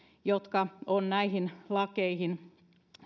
jotka on näihin lakeihin